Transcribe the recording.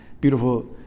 beautiful